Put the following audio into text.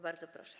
Bardzo proszę.